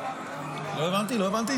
ההצעה